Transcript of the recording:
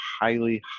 highly